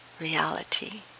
reality